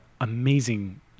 amazing